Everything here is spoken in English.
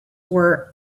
were